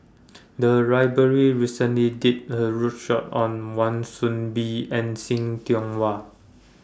The Library recently did A roadshow on Wan Soon Bee and See Tiong Wah